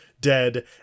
dead